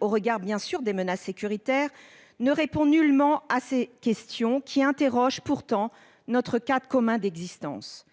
au regard des menaces sécuritaires, il ne répond nullement à ces questions, qui concernent pourtant notre cadre commun d'existence.